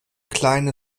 kleine